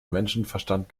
menschenverstand